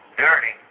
dirty